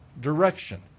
direction